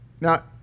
Now